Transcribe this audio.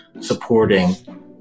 supporting